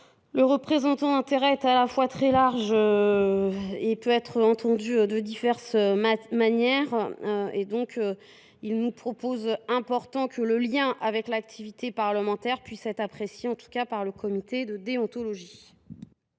de représentant d’intérêts est très large et peut être entendue de diverses manières. Il nous paraît important que le lien avec l’activité parlementaire puisse être apprécié par le comité de déontologie.